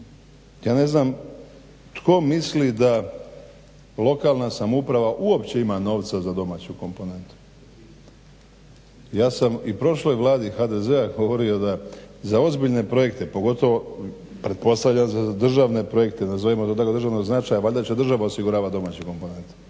ja ne znam tko misli da lokalna samouprava uopće ima novca za domaću komponentu. Ja sam i prošloj Vladi HDZ-a govorio da za ozbiljne projekte pogotovo pretpostavljam za državne projekte nazovimo to tako, državnog značaja. Valjda će država osiguravat domaću komponentu,